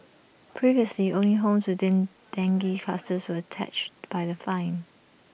previously only homes within dengue clusters were touch by the fine